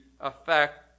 effect